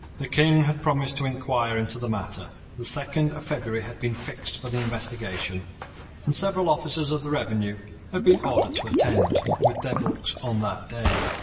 the king had promised to enquire into the matter. the second of february had been fixed for the investigation and several officers of the revenue had been ordered to attend with their books on that day.